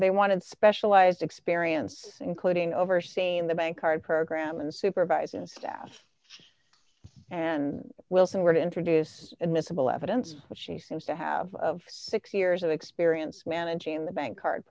they wanted specialized experience including overseeing the bankcard program and supervising staff and wilson were to introduce admissible evidence which she seems to have of six years of experience managing the bankcard